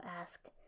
asked